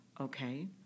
okay